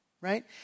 right